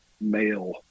male